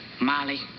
Molly